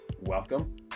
welcome